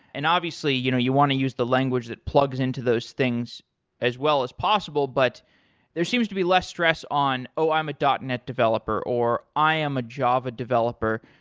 and obviously you know you want to use the language that plugs into those things as well as possible, but there seems to be less stress on, oh, i'm a net developer, or, i am a java developer.